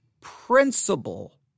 principle